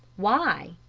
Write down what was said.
why?